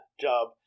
job